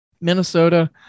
Minnesota